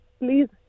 please